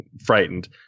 frightened